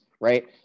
Right